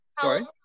Sorry